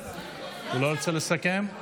הוא לא רוצה לסכם?